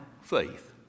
faith